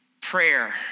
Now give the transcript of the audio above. prayer